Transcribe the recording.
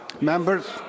members